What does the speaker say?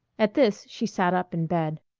at this she sat up in bed.